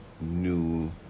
new